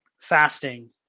fasting